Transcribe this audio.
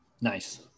Nice